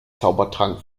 zaubertrank